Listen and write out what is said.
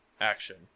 action